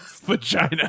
vagina